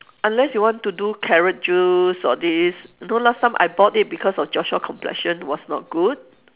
unless you want to do carrot juice all this you know last time I bought it because of Joshua complexion was not good